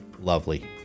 Lovely